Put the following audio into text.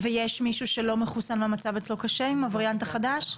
ויש מישהו שלא מחוסן והמצב אצלו קשה עם הווריאנט החדש?